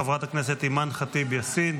חברת הכנסת אימאן ח'טיב יאסין,